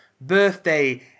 birthday